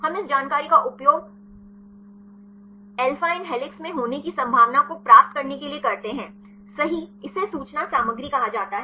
हम इस जानकारी का उपयोग अल्फ़ाइन हेलिक्स में होने की संभावना को प्राप्त करने के लिए उपयोग करते हैं सही इसे सूचना सामग्री कहा जाता है